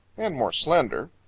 and more slender.